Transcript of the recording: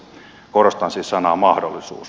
korostan siis sanaa mahdollisuus